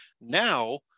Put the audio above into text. Now